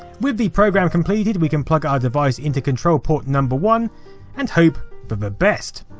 with the program completed, we can plug our device into control port number one and hope for the best.